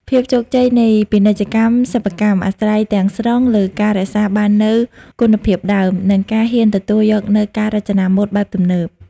ភាពជោគជ័យនៃពាណិជ្ជកម្មសិប្បកម្ម អាស្រ័យទាំងស្រុងលើការរក្សាបាននូវគុណភាពដើម និងការហ៊ានទទួលយកនូវការរចនាម៉ូដបែបទំនើប។